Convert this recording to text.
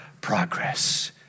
progress